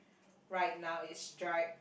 right now is stripe